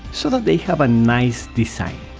so that they have a nice design,